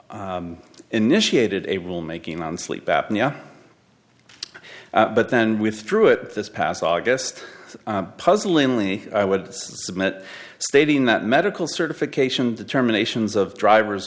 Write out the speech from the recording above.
initiated a rule making on sleep apnea but then withdrew it this past august puzzlingly i would submit stating that medical certification determinations of drivers